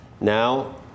Now